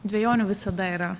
dvejonių visada yra